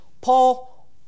Paul